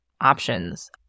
options